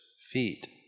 feet